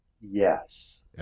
Yes